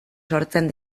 sortzen